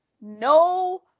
no